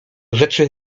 rzeczy